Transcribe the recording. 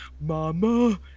mama